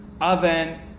oven